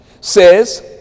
says